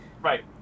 Right